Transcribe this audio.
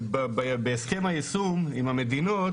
בהסכם היישום עם המדינות